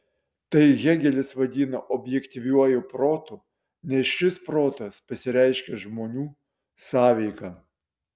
tai hėgelis vadina objektyviuoju protu nes šis protas pasireiškia žmonių sąveika